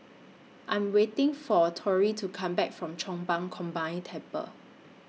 I Am waiting For Torrie to Come Back from Chong Pang Combined Temple